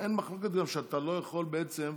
וגם אין מחלוקת שאתה לא יכול בעצם,